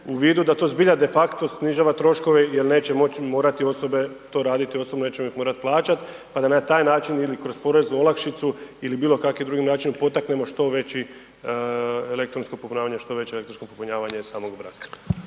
u vidu da zbija de facto snižava troškove jer neće morati osobe to raditi, osobno nećemo ih morat plaćat pa da na taj način ili bilokakvim drugim načinom potaknemo što veće elektronsko popunjavanje, što veće elektronsko popunjavanje samog obrasca.